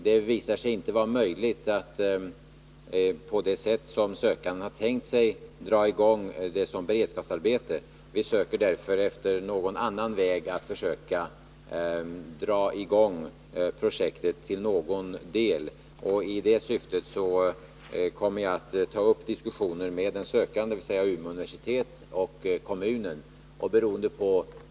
Det visar sig inte vara möjligt att på det sätt som sökanden har tänkt sig dra i gång projektet som beredskapsarbete. Vi söker därför efter någon annan väg att i någon del dra i gång projektet. I det syftet kommer jag att ta upp diskussioner med de sökande, dvs. Umeå universitet och kommunen.